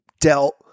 dealt